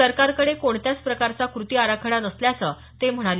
सरकारकडे कोणत्याच प्रकारचा कृती आराखडा नसल्याचं ते म्हणाले